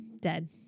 dead